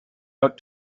out